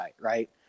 right